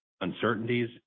uncertainties